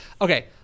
Okay